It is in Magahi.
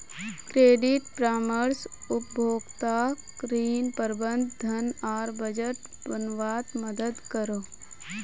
क्रेडिट परामर्श उपभोक्ताक ऋण, प्रबंधन, धन आर बजट बनवात मदद करोह